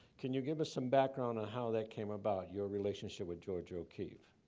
can you give us some background on how that came about, your relationship with georgia o'keeffe?